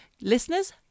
Listeners